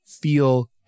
feel